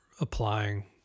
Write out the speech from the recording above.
applying